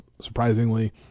surprisingly